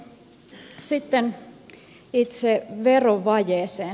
sitten itse verovajeeseen